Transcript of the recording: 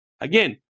Again